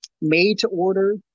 made-to-order